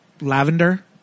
lavender